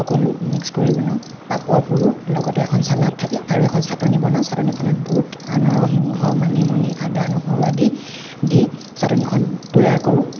সকলো মিক্স কৰি বনাওঁ পাপৰ পোৰো লগতে এখন চালাড থাকে আৰু এখন চাটনী বনাওঁ চাটনীখনত বুট নৰসিংহ মানিমুনি আদা নহৰু আদি দি চাটনীখন তৈয়াৰ কৰোঁ